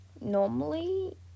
Normally